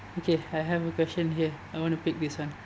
okay I have a question here I want to pick this one